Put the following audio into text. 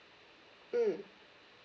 mm